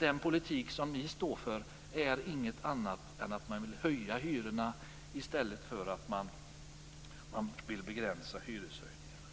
Den politik som ni står för går inte ut på något annat än att höjda hyror i stället för begränsade hyreshöjningarna.